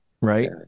right